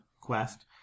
quest